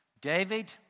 David